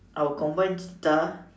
I would combine cheetah